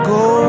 go